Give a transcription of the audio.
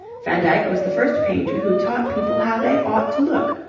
van dyck was the first painter who taught people how they ought to look,